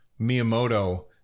miyamoto